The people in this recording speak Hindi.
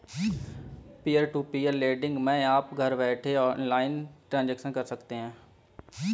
पियर टू पियर लेंड़िग मै आप घर बैठे ऑनलाइन ट्रांजेक्शन कर सकते है